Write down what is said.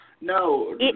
No